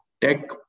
tech